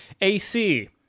ac